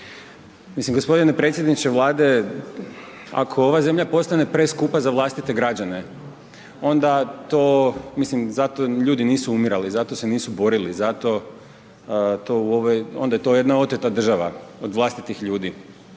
Mislim, g. predsjedniče Vlade, ako ova zemlja postane preskupa za vlastite građane, onda to, mislim, zato ljudi nisu umirali, za to se nisu borili, zato, to u ovoj, onda je to jedna oteta država, od vlastitih ljudi.